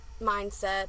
mindset